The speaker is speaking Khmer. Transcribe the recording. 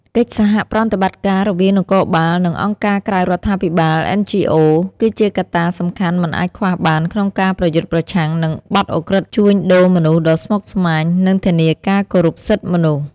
កិច្ចសហប្រតិបត្តិការរវាងនគរបាល និងអង្គការក្រៅរដ្ឋាភិបាល (NGOs) គឺជាកត្តាសំខាន់មិនអាចខ្វះបានក្នុងការប្រយុទ្ធប្រឆាំងនឹងបទឧក្រិដ្ឋជួញដូរមនុស្សដ៏ស្មុគស្មាញ និងធានាការគោរពសិទ្ធិមនុស្ស។